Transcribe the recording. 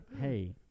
Hey